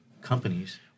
companies